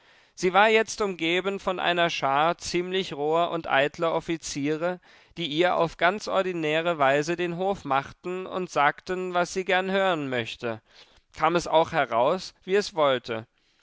sie war jetzt umgeben von einer schar ziemlich roher und eitler offiziere die ihr auf ganz ordinäre weise den hof machten und sagten was sie gern hören mochte kam es auch heraus wie es wollte